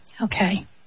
okay